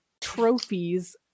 trophies